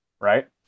right